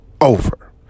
over